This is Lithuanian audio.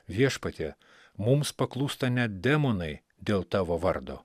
viešpatie mums paklūsta net demonai dėl tavo vardo